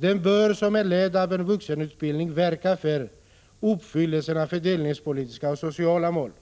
Den bör som en del av vuxenutbildningen verka för uppfyllelsen av fördelningspolitiska och sociala mål